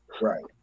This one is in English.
Right